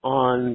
on